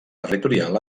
territorial